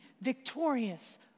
victorious